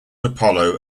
apollo